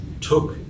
took